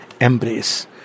embrace